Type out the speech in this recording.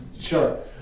Sure